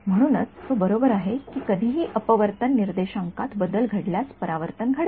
म्हणूनच तो बरोबर आहे की कधीही अपवर्तन निर्देशांकात बदल घडल्यास परावर्तन घडेल